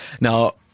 Now